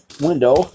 window